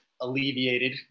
alleviated